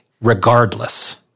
regardless